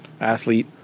Athlete